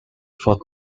fort